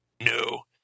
No